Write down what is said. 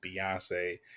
Beyonce